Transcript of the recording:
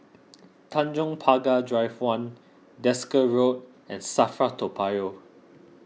Tanjong Pagar Drive one Desker Road and Safra Toa Payoh